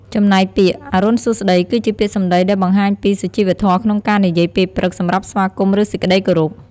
ចំណែកពាក្យ"អរុណសួស្តី"គឺជាពាក្យសម្ដីដែលបង្ហាញពី សុជីវធម៌ក្នងការនិយាយពេលព្រឹក សម្រាប់ស្វាគមន៍ ឬសេចក្តីគោរព។